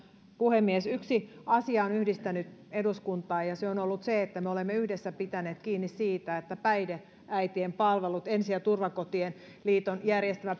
puhemies yksi asia on yhdistänyt eduskuntaa ja ja se on ollut se että me olemme yhdessä pitäneet kiinni siitä että päihdeäitien palvelut ensi ja turvakotien liiton järjestämä